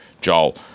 Joel